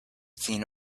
seen